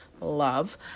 Love